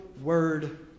word